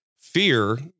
fear